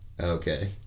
Okay